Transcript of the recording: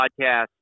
podcast